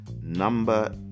number